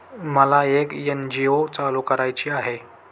मला एक एन.जी.ओ चालू करायची आहे